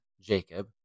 Jacob